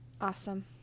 Awesome